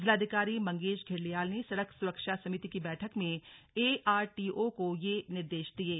जिलाधिकारी मंगेश घिल्डियाल ने सड़क सुरक्षा समिति की बैठक में एआरटीओ को यह निर्देश दिये